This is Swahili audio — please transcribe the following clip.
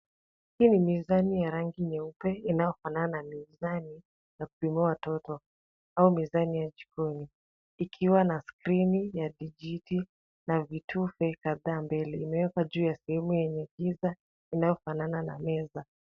Hii ni mizani ya rangi nyeupe inayofanana na mizani ya kupimia watoto au mizani ya jikoni ikiwa na skrini na vijiti na vitufe kadhaa mbele. Imewekwa juu ya sehemu yenye giza inayofanana na meza.